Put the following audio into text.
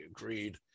agreed